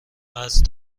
است